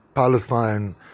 palestine